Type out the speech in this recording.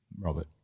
Robert